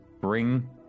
bring